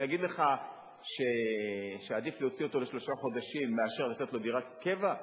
להגיד לך שעדיף להוציא אותו לשלושה חודשים מאשר לתת לו דירת קבע?